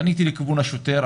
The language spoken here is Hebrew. פניתי לכיוון השוטר,